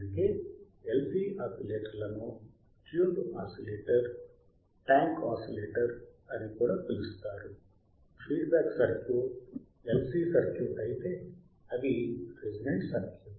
అందుకే LC ఆసిలేటర్లను tuned oscillators tank oscillators అని కూడా పిలుస్తారు feed back circuit LC circuit అయితే అవి రెసోనెంట్ సర్క్యూట్లు